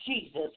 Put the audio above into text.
Jesus